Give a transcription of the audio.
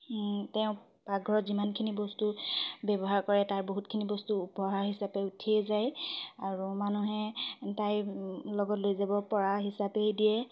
তেওঁক পাকঘৰত যিমানখিনি বস্তু ব্যৱহাৰ কৰে তাৰ বহুতখিনি বস্তু উপহাৰ হিচাপে উঠিয়েই যায় আৰু মানুহে তাই লগত লৈ যাব পৰা হিচাপেই দিয়ে